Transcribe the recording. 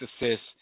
assists